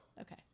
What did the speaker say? Okay